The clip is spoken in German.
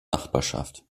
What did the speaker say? nachbarschaft